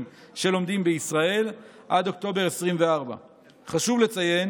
שלומדים בישראל עד אוקטובר 2024. חשוב לציין